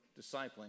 discipling